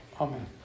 Amen